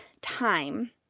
time